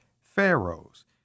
pharaohs